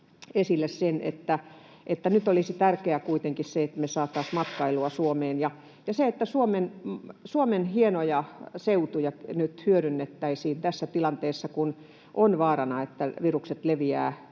esille sen, että nyt olisi tärkeää kuitenkin se, että me saataisiin matkailua Suomeen, ja se, että Suomen hienoja seutuja hyödynnettäisiin tässä tilanteessa, kun on vaarana, että virukset leviävät